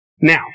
Now